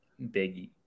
Biggie